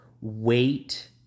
wait